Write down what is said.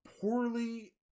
poorly